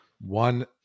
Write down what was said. one